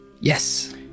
yes